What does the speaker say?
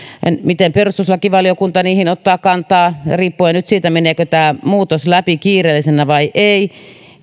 miten perustuslakivaliokunta niihin ottaa kantaa riippuen nyt siitä meneekö tämä muutos läpi kiireellisenä vai ei